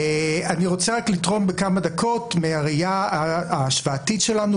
אני רוצה רק לתרום בכמה דקות מהראייה ההשוואתית שלנו,